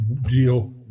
deal